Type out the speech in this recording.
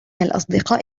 الأصدقاء